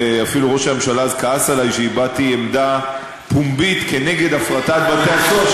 ואפילו ראש הממשלה אז כעס עלי שהבעתי עמדה פומבית נגד הפרטת בתי-הסוהר.